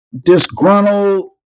disgruntled